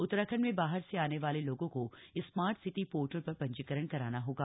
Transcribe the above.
उत्तराखंड में बाहर से आने वाले लोगों को स्मार्टसिटी पोर्टल पर पंजीकरण कराना होगा